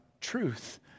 truth